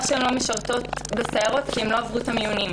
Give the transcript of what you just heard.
שהן לא משרתות בסיירות היא כי הן לא עברו את המיונים.